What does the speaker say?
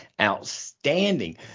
Outstanding